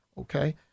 okay